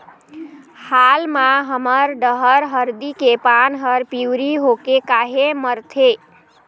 हाल मा हमर डहर हरदी के पान हर पिवरी होके काहे मरथे?